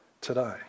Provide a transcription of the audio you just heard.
today